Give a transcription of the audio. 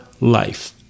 life